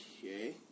Okay